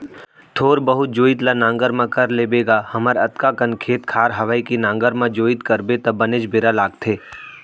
थोर बहुत जोइत ल नांगर म कर लेबो गा हमर अतका कन खेत खार हवय के नांगर म जोइत करबे त बनेच बेरा लागथे